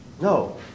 No